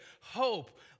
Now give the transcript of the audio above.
hope